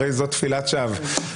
הרי זאת תפילת שווא.